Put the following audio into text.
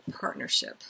partnership